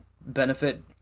benefit